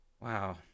wow